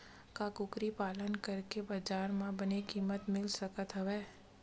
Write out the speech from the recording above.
का कुकरी पालन करके बजार म बने किमत मिल सकत हवय?